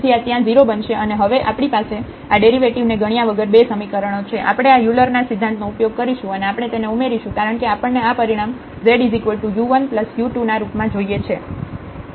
તેથી આ ત્યાં 0 બનશે અને હવે આપણી પાસે આ ડેરિવેટિવ ને ગણ્યા વગર 2 સમીકરણો છે આપણે આ યુલર Euler's ના સિદ્ધાંત નો ઉપયોગ કરશું અને આપણે તેને ઉમેરીશું કારણ કે આપણને આ પરિણામ z u1u2 ના રૂપમાં જોઈએ છીએ